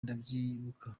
ndabyibuka